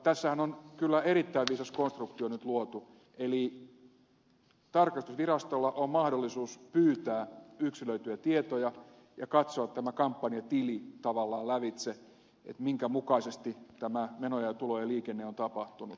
tässähän on kyllä erittäin viisas konstruktio nyt luotu eli tarkastusvirastolla on mahdollisuus pyytää yksilöityjä tietoja ja katsoa tämä kampanjatili tavallaan lävitse että minkä mukaisesti menojen ja tulojen liikenne on tapahtunut